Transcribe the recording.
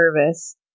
service